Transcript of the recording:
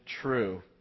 true